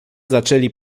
zaczęli